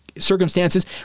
circumstances